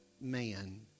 man